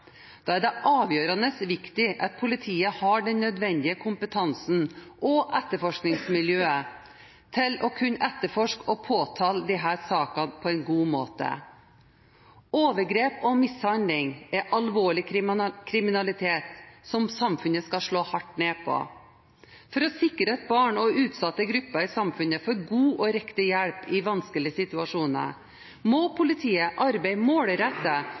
Da er det avgjørende viktig at politiet har den nødvendige kompetansen og etterforskningsmiljøet til å kunne etterforske og påtale disse sakene på en god måte. Overgrep og mishandling er alvorlig kriminalitet som samfunnet skal slå hardt ned på. For å sikre at barn og utsatte grupper i samfunnet får god og riktig hjelp i vanskelige situasjoner, må politiet arbeide målrettet